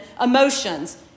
emotions